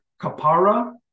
kapara